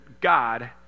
God